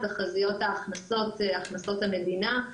תחזיות הכנסות המדינה,